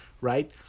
right